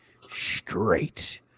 straight